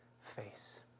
face